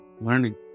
learning